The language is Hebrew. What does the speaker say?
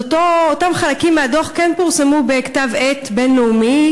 אז אותם חלקים מהדוח כן פורסמו בכתב עת בין-לאומי